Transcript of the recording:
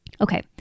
Okay